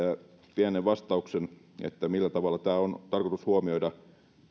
pienen vastauksen millä tavalla tämä on tarkoitus huomioida